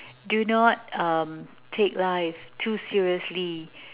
do not uh take life too seriously